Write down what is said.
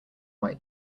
white